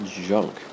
junk